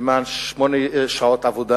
למען שמונה שעות עבודה.